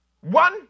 One